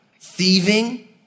thieving